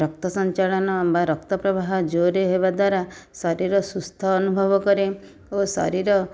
ରକ୍ତ ସଂଚାଳନ ବା ରକ୍ତ ପ୍ରବାହ ଜୋରେ ହେବା ଦ୍ୱାରା ଶରୀର ସୁସ୍ଥ ଅନୁଭବ କରେ ଓ ଶରୀର